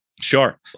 Sure